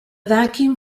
vacuum